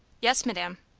yes, madam.